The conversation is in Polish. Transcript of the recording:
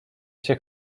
się